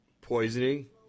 Poisoning